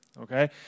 okay